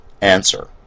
Answer